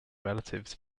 relatives